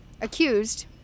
accused